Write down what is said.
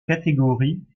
catégorie